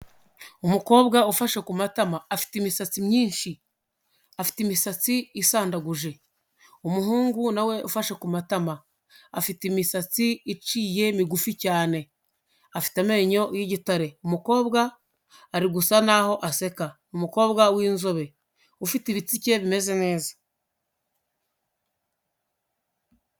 Umukobwa ufashe ku matama, afite imisatsi myinshi, afite imisatsi isandaguje, umuhungu nawe ufashe ku matama, afite imisatsi iciye migufi cyane, afite amenyo y'igitare, umukobwa ari gusa naho aseka, umukobwa w'inzobe ufite ibitsike bimeze neza.